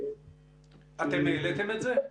אתם העליתם את זה?